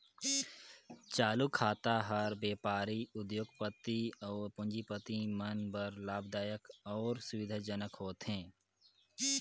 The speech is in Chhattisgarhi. चालू खाता हर बेपारी, उद्योग, पति अउ पूंजीपति मन बर लाभदायक अउ सुबिधा जनक होथे